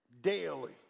daily